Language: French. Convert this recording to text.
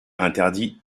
interdit